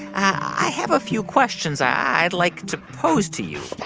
i have a few questions i'd like to pose to you